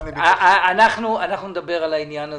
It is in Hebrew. אנחנו נדבר על העניין הזה.